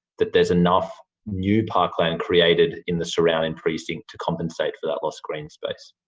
that there's enough new parkland created in the surrounding precinct to compensate for that lost green space?